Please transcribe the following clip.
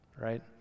right